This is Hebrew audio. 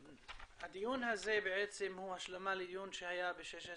הדיון הזה הוא השלמה לדיון שהיה ב-16